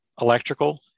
electrical